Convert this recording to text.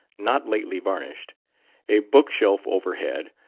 not lately varnished a bookshelf overhead,